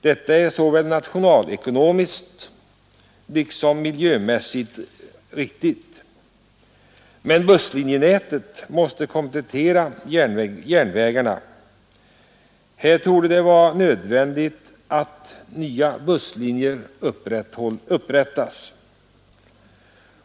Detta är såväl personalekonomiskt som miljömässigt riktigt. Men busslinjenätet måste komplettera järnvägarna. Här torde det vara nödvändigt att nya busslinjer upprättas.